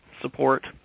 support